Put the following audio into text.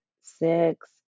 six